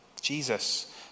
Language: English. Jesus